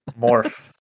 morph